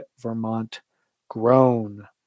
Vermont-grown